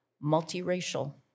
multi-racial